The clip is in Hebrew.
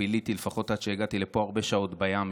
לפחות עד שהגעתי לפה ביליתי הרבה שעות בים.